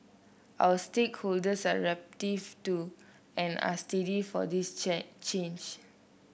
our stakeholders are receptive to and are steady for this change